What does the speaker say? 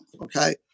okay